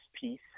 piece